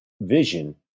vision